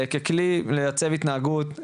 ככלי לייצב התנהגות,